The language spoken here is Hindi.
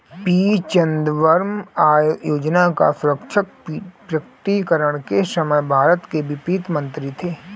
पी चिदंबरम आय योजना का स्वैच्छिक प्रकटीकरण के समय भारत के वित्त मंत्री थे